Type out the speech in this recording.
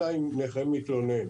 אלא אם נכה מתלונן,